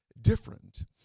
different